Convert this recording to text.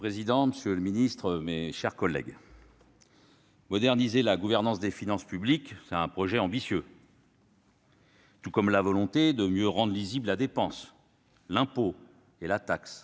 Monsieur le président, monsieur le ministre, mes chers collègues, moderniser la gouvernance des finances publiques est un projet ambitieux, tout comme vouloir rendre plus lisibles la dépense, l'impôt et la taxe,